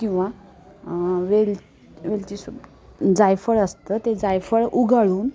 किंवा वेल वेलचीसु जायफळ असतं ते जायफळ उगाळून